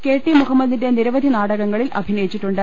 K T മുഹമ്മദിന്റെ നിരവധി നാടകങ്ങ ളിൽ അഭിനയിച്ചിട്ടുണ്ട്